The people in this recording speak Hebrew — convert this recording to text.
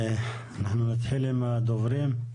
אנחנו נתחיל עם הדוברים.